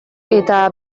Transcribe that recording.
eta